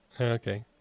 Okay